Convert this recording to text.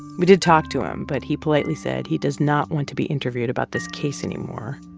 we did talk to him. but he politely said he does not want to be interviewed about this case anymore.